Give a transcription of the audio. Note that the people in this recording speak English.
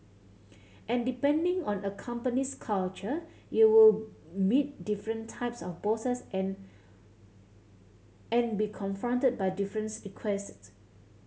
and depending on a company's culture you will meet different types of bosses and and be confronted by difference requests